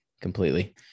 completely